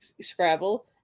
Scrabble